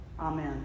Amen